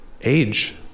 age